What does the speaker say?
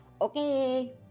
Okay